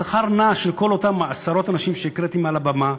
השכר של כל אותם עשרות אנשים שהקראתי מעל הבמה,